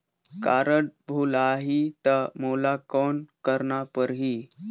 Card भुलाही ता मोला कौन करना परही?